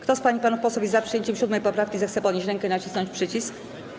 Kto z pań i panów posłów jest za przyjęciem 7. poprawki, zechce podnieść rękę i nacisnąć przycisk.